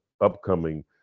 upcoming